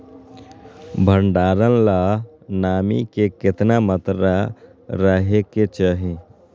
भंडारण ला नामी के केतना मात्रा राहेके चाही?